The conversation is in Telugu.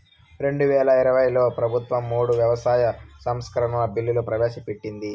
రెండువేల ఇరవైలో ప్రభుత్వం మూడు వ్యవసాయ సంస్కరణల బిల్లులు ప్రవేశపెట్టింది